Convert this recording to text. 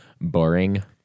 boring